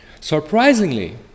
Surprisingly